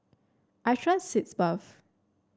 I trust Sitz Bath